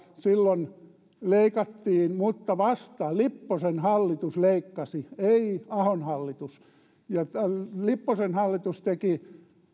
silloin leikattiin vasta lipposen hallitus leikkasi ei ahon hallitus ja lipposen hallitus teki